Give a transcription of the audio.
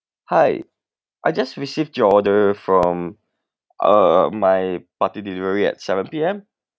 hi I just received your order from uh my party delivery at seven P_M